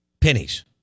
pennies